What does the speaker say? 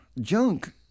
Junk